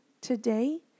today